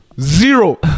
Zero